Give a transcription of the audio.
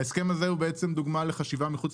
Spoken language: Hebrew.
ההסכם הזה הוא בעצם דוגמה לחשיבה מחוץ